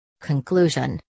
Conclusion